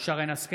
(קורא בשמות חברי הכנסת) שרן השכל,